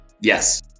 Yes